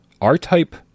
R-Type